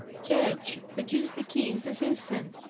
ketch, produce the keys this instant!